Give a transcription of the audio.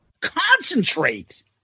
Concentrate